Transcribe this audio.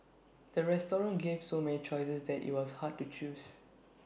the restaurant gave so many choices that IT was hard to choose